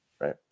right